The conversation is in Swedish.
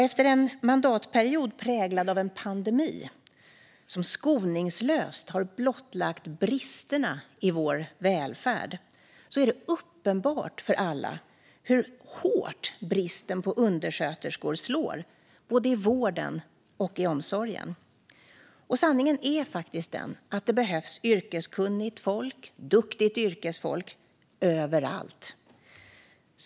Efter en mandatperiod präglad av en pandemi som skoningslöst har blottlagt bristerna i vår välfärd är det uppenbart för alla hur hårt bristen på undersköterskor slår, både i vården och i omsorgen. Sanningen är faktiskt att det behövs yrkeskunnigt folk, duktigt yrkesfolk, överallt.